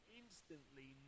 instantly